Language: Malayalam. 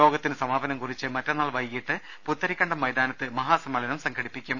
യോഗത്തിന് സമാപനം കുറിച്ച് മറ്റന്നാൾ വൈകീട്ട് പുത്തരിക്കണ്ടം മൈതാനത്ത് മഹാ സമ്മേളനം സംഘടിപ്പിക്കും